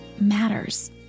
matters